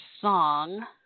song